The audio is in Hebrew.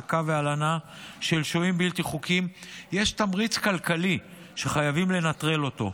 העסקה והלנה של שוהים בלתי חוקיים יש תמריץ כלכלי שחייבים לנטרל אותו.